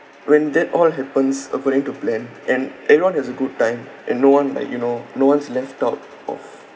when that all happens according to plan and everyone has a good time and no one like you know no one's left out of